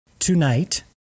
tonight